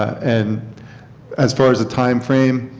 and as far as the time frame,